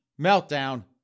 meltdown